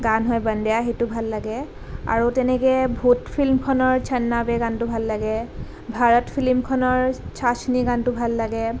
গান হয় বণ্ডেয়া সেইটো ভাল লাগে আৰু তেনেকৈ ভূত ফিল্মখনৰ ছণ্ডাৱে গানটো ভাল লাগে ভাৰত ফিল্মখনৰ ছাচনি গানটো ভাল লাগে